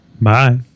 Bye